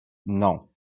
non